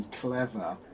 clever